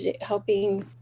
helping